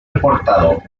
reportado